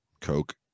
Coke